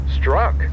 Struck